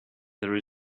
there